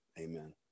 Amen